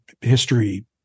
history